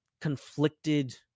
conflicted